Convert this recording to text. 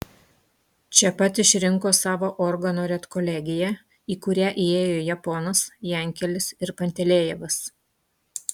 čia pat išrinko savo organo redkolegiją į kurią įėjo japonas jankelis ir pantelejevas